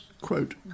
quote